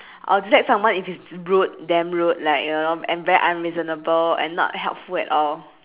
I'll dislike someone if he is rude damn rude like you know and very unreasonable and not helpful at all